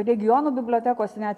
regionų bibliotekos net